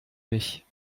mich